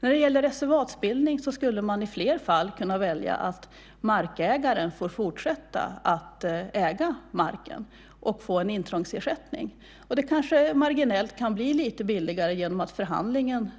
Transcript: När det gäller reservatsbildning skulle man i fler fall kunna välja att låta markägaren fortsätta att äga marken och få en intrångsersättning. Det kanske marginellt kan bli lite billigare genom att förhandlingen